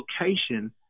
location